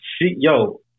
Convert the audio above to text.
yo